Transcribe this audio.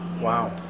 Wow